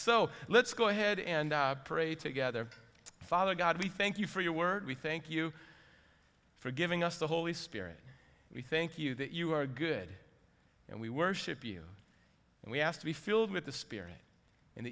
so let's go ahead and pray together father god we thank you for your word we think you for giving us the holy spirit we think you that you are good and we worship you and we asked to be filled with the spirit and